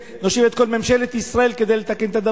כפי שאמרת, דבר